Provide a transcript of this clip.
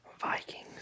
vikings